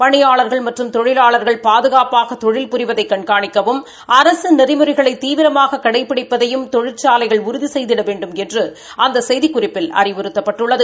பணியாளர்கள் மற்றம் தொழிலாளர்கள் பாதுகாப்பாக தொழில் புரிவதை கண்காணிக்கவும் அரசின் நெறிமுறைகளை தீவிரமாக கடைபிடிப்பதை தொழிற்சாலைகள் உறுதி செய்திட வேண்டுமென்று அந்த செய்திக்குறிப்பில் அறிவுறுத்தப்பட்டுள்ளது